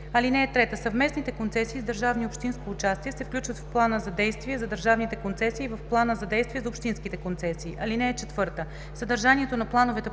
(3) Съвместните концесии с държавно и общинско участие се включват в плана за действие за държавните концесии и в плана за действие за общинските концесии. (4) Съдържанието на плановете